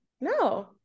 no